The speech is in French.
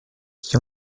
qui